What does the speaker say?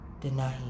Denahi